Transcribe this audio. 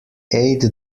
ate